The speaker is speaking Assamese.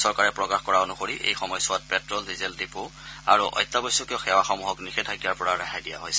চৰকাৰে প্ৰকাশ কৰা অনুসৰি এই সময়ছোৱাত পেট্টল ডিজেল ডিপো আৰু অত্যাৱশ্যকীয় সেৱাসমূহক নিষেধাজ্ঞাৰ পৰা ৰেহাই দিয়া হৈছে